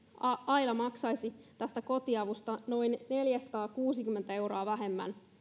aila maksaisi tästä kotiavusta noin neljäsataakuusikymmentä euroa vähemmän